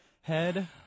head